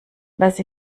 dass